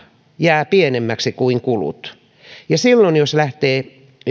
jää pienemmäksi kuin kulut silloin jos lähtee